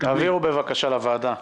תעבירו בבקשה לוועדה.